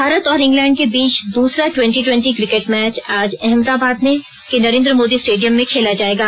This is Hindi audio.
भारत और इंग्लैंड के बीच दूसरा टवेंटी टवेंटी क्रिकेट मैच आज अहमदाबाद के नरेंद्र मोदी स्टेडियम में खेला जाएगा